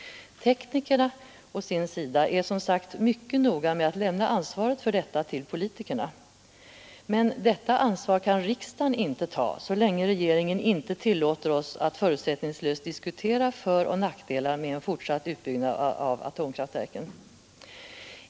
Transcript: Teknikerna å sin sida är, som sagt, mycket noga med att lämna ansvaret för detta till politikerna. Men det ansvaret kan riksdagen inte ta så länge regeringen inte tillåter oss att förutsättningslöst diskutera föroch nackdelar med en fortsatt utbyggnad av atomkraftverken.